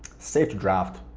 save to draft,